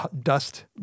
dust